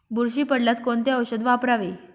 बुरशी पडल्यास कोणते औषध वापरावे?